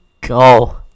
go